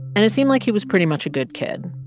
and it seemed like he was pretty much a good kid.